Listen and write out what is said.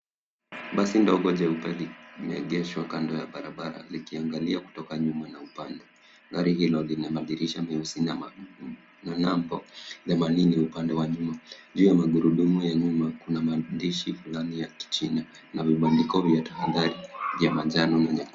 Basi dogo jeupe limeegeshwa kando ya barabara likiangalia kutoka nyuma na upande. Gari hilo lina madirisha meusi na namba themanini upande wa nyuma. Juu ya magurudumu ya nyuma kuna maandishi fulani ya kichina na vibandiko vya tahadhari ya manjano na nyekundu.